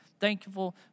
Thankful